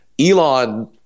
Elon